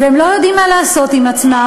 והם לא יודעים מה לעשות עם עצמם,